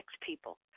people